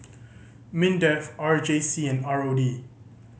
MINDEF R J C and R O D